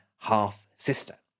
half-sister